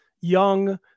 young